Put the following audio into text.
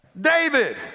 david